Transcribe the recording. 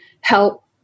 help